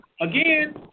Again